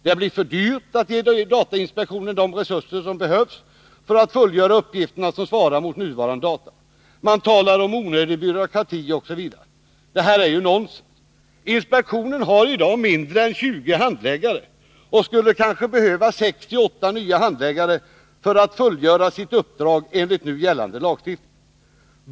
Det blir för dyrt att ge datainspektionen de resurser som behövs för att fullgöra nuvarande uppgifter. Man talar om onödig byråkrati osv. Det är ju nonsens. Inspektionen har i dag mindre än 20 handläggare och skulle kanske behöva 6-8 nya för att fullgöra sitt uppdrag enligt nu gällande lagstiftning.